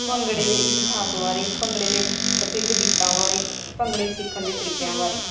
ਭੰਗੜੇ ਦੇ ਇਤਿਹਾਸ ਬਾਰੇ ਭੰਗੜੇ ਦੇ ਪ੍ਰਸਿੱਧ ਗੀਤਾਂ ਬਾਰੇ ਭੰਗੜੇ ਸਿੱਖਣ ਦੇ ਤਰੀਕਿਆਂ ਬਾਰੇ